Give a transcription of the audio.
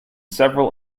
several